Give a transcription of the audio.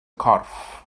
corff